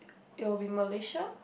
it will be Malaysia